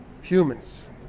Humans